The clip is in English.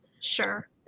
Sure